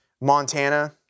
Montana